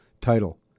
title